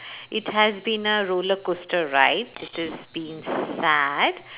it has been a roller coaster ride it is been sad